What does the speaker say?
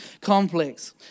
complex